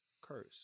curse